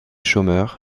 chômeurs